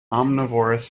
omnivorous